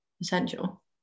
essential